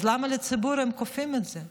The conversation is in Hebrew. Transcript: אז למה על הציבור הם כופים את זה?